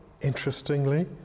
interestingly